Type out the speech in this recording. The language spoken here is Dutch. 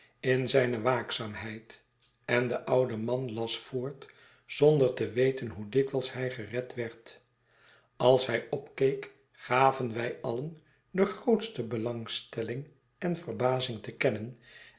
in zijne waakzaamheid en de oude man las voort zonder te weten hoe dikwijls hij gered werd als hij opkeek gaven wij alien de grootste belangstelling en verbazing te kennen